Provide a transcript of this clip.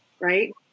right